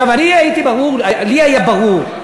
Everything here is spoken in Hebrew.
לי היה ברור,